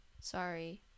Sorry